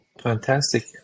Fantastic